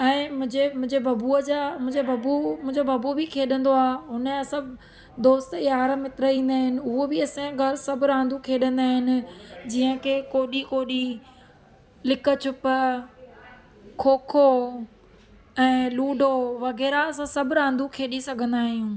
ऐं मुंहिंजे मुंहिंजे बबुअ जा मुंहिंजे बबु मुंहिंजो बबु बि खेॾंदो आहे हुन जा सभु दोस्त यार मित्र ईंदा आहिनि उहो बि असांजे घरु सभु रांधूं खेॾंदा आहिनि जीअं की कोडी कोडी लिका छुप खो खो ऐं लूडो वग़ैरह असां सभु रांधूं खेॾी सघंदा आहियूं